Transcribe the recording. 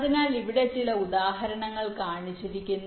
അതിനാൽ ഇവിടെ ചില ഉദാഹരണം കാണിച്ചിരിക്കുന്നു